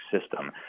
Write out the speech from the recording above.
system